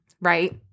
right